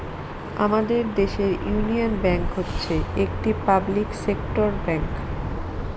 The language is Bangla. আমাদের দেশের ইউনিয়ন ব্যাঙ্ক হচ্ছে একটি পাবলিক সেক্টর ব্যাঙ্ক